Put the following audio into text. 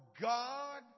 God